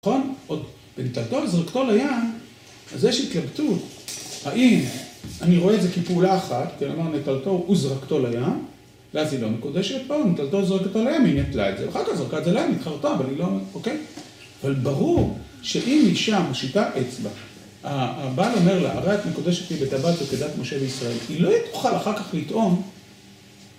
‫נכון? נטלתו וזרקתו לים, ‫אז יש התלבטות. ‫האם אני רואה את זה כפעולה אחת, ‫כי נאמר, נטלתו וזרקתו לים, ‫ואז היא לא מקודשת, ‫או נטלתו וזרקת עליהם והיא נטלה את זה, ‫ואחר כך זרקה את זה עליהם ‫והתחרתו, אבל היא לא... אוקיי? ‫אבל ברור שאם היא שם, ‫הוא שיטה אצבע, ‫הבן אומר לה, הרי את מקודשתי ‫ותבלתו כדת משה וישראל, ‫היא לא תוכל אחר כך לטעון